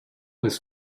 was